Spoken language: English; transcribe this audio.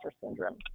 syndrome